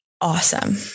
awesome